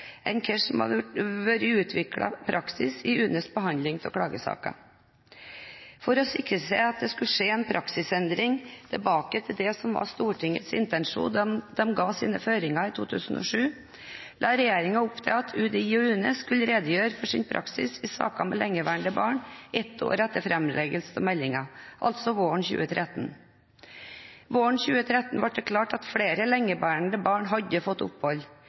enn hva som var utviklet som praksis i UNEs behandling av klagesaker. For å sikre seg at det skulle skje en praksisendring tilbake til det som var Stortingets intensjoner da det ga sine føringer i 2007, la regjeringen opp til at UDI og UNE skal redegjøre for sin praksis i saker med lengeværende barn ett år etter framleggelsen av meldingen, altså våren 2013. Våren 2013 ble det klart at flere lengeværende barn hadde fått opphold.